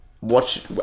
watch